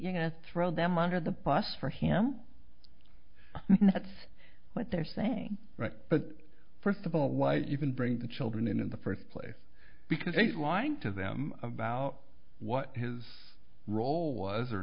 to throw them under the bus for him that's what they're saying but first of all why even bring the children in in the first place because he's lying to them about what his role was or